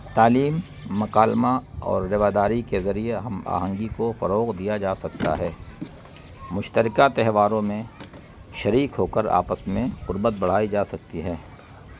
تعلیم مکالمہ اور رواداری کے ذریعے ہم آہنگی کو فروغ دیا جا سکتا ہے مشترکہ تہواروں میں شریک ہو کر آپس میں قربت بڑھائی جا سکتی ہے